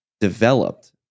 Developed